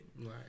Right